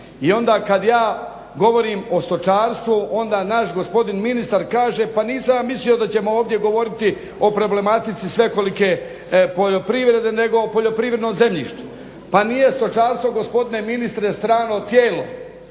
I onda kad ja govorim o stočarstvu onda naš gospodin ministar kaže pa nisam ja mislio da ćemo ovdje govoriti o problematici svekolike poljoprivrede nego o poljoprivrednom zemljištu. Pa nije stočarstvo, gospodine ministre, strano tijelo.